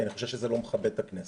כי אני חושב שזה לא מכבד את הכנסת.